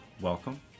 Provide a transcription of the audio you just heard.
Welcome